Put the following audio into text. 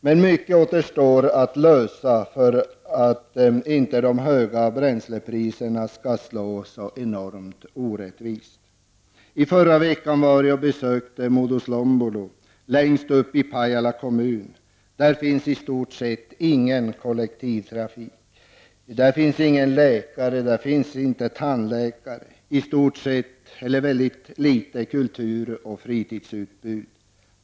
Men mycket återstår att lösa för att inte de höga bränslepriserna skall slå enormt orättvist. I förra veckan besökte jag Muodoslompolo, längst upp i Pajala kommun. Där finns i stort sett ingen kollektivtrafik, ingen läkare, ingen tandläkare och i stort sett inget, eller väldigt litet, kultur eller fritidsutbud.